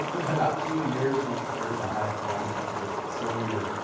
it's been about two years making sure that i had done some sort of silly or